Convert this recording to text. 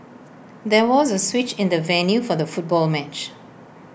there was A switch in the venue for the football match